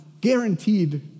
guaranteed